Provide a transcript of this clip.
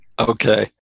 Okay